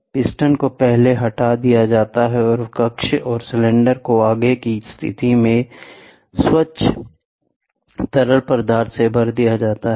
piston को पहले हटा दिया जाता है और कक्ष और सिलेंडर को आगे की स्थिति में स्वच्छ तरल पदार्थ से भर दिया जाता है